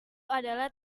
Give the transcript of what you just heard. adalah